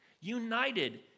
united